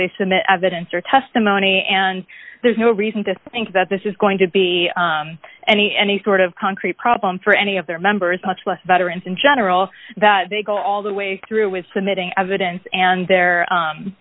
they submit evidence or testimony and there's no reason to think that this is going to be any any sort of concrete problem for any of their members much less veterans in general that they go all the way through with submitting evidence and there